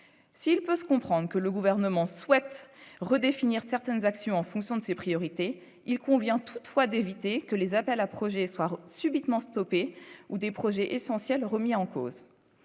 s'il peut se comprendre que le gouvernement souhaite redéfinir certaines actions en fonction de ses priorités, il convient toutefois d'éviter que les appels à projets histoire subitement stoppée ou des projets essentiels remis en cause,